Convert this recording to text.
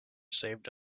saved